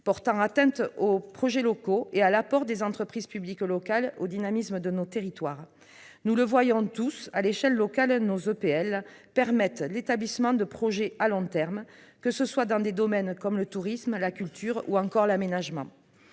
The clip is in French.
porte atteinte aux projets locaux et à l'apport des entreprises publiques locales au dynamisme de nos territoires. Nous le voyons tous : à l'échelle locale, nos EPL rendent possible le lancement de projets à long terme, dans des domaines comme le tourisme, la culture ou l'aménagement.